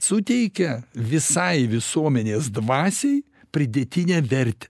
suteikia visai visuomenės dvasiai pridėtinę vertę